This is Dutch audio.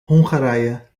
hongarije